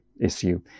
issue